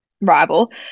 rival